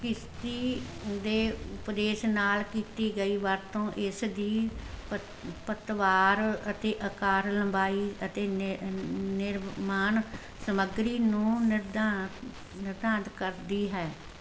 ਕਿਸ਼ਤੀ ਦੇ ਉਪਦੇਸ਼ ਨਾਲ ਕੀਤੀ ਗਈ ਵਰਤੋਂ ਇਸ ਦੀ ਪਤ ਪਤਵਾਰ ਅਤੇ ਆਕਾਰ ਲੰਬਾਈ ਅਤੇ ਨਿ ਨਿਰਮਾਣ ਸਮੱਗਰੀ ਨੂੰ ਨਿਰਧਾ ਨਿਰਧਾਰਤ ਕਰਦੀ ਹੈ